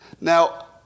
Now